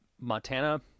montana